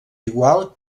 igual